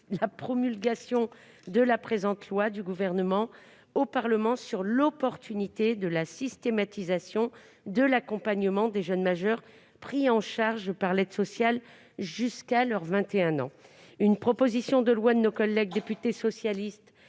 la promulgation de la présente loi, sur l'opportunité de la systématisation de l'accompagnement des jeunes majeurs pris en charge par l'ASE jusqu'à l'âge de 21 ans. Une proposition de loi de nos collègues députés socialistes